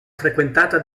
frequentata